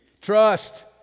trust